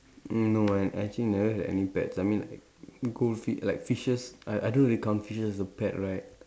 mm no eh actually never had any pets I mean like goldfi like fishes I I don't really count fishes as a pet right